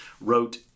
wrote